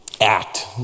act